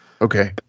Okay